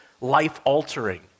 life-altering